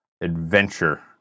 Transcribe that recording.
adventure